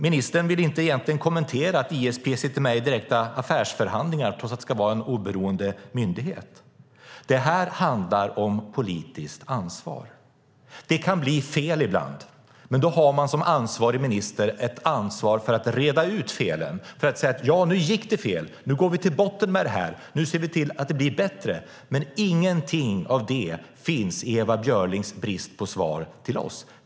Ministern vill inte kommentera att ISP sitter med i direkta affärsförhandlingar trots att det ska vara en oberoende myndighet. Det handlar om politiskt ansvar. Det kan bli fel ibland, men då har man som ansvarig minister ansvar för att reda ut felen och säga: Det gick fel. Nu går vi till botten med detta och ser till att det blir bättre. Ingenting av det finns i Ewa Björlings brist på svar till oss.